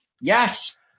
yes